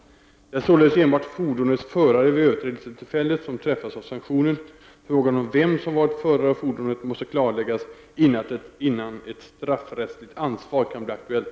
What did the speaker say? Det är således enbart fordonets förare vid överträdelsetillfället som träffas av sanktionen. Frågan om vem som har varit förare av fordonet måste klarläggas innan ett straffrättsligt ansvar kan bli aktuellt.